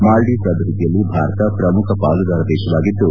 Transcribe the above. ಮಾಲ್ಲೀವ್ಸ್ ಅಭಿವೃದ್ಧಿಯಲ್ಲಿ ಭಾರತ ಪ್ರಮುಖ ಪಾಲುದಾರ ದೇಶವಾಗಿದ್ದು